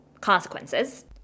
consequences